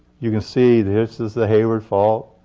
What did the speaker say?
you can see this is the hayward fault.